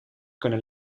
kunnen